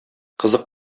кызык